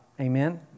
Amen